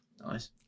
Nice